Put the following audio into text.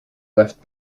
left